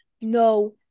no